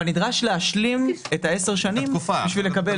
נדרש להשלים את 10 השנים כדי לקבל.